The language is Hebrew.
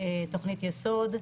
תוכנית יסוד,